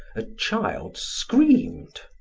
a child screamed.